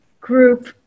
group